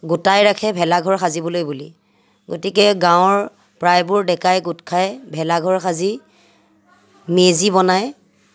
গোটাই ৰাখে ভেলাঘৰ সাজিবলৈ বুলি গতিকে গাঁৱৰ প্ৰায়বোৰ ডেকাই গোট খাই ভেলাঘৰ সাজি মেজি বনাই